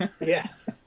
Yes